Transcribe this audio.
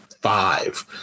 five